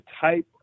type